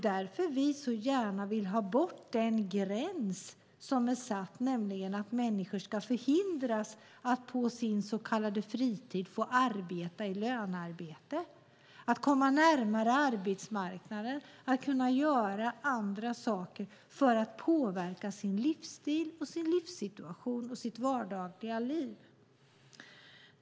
Därför vill vi gärna ta bort den gräns som gör att människor hindras att på sin så kallade fritid arbeta med lönearbete och komma närmare arbetsmarknaden och kunna göra andra saker för att påverka sin livsstil, sin livssituation och sitt vardagliga liv.